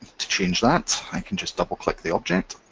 to change that i can just double click the object.